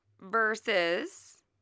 versus